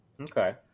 Okay